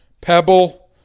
Pebble